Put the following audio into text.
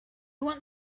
want